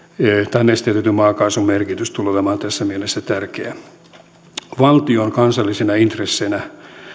eli nesteytetyn maakaasun merkitys tulee olemaan tässä mielessä tärkeä gasumissa valtion kansallisena intressinä